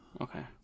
Okay